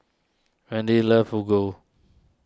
Wendel loves Fugu